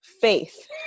faith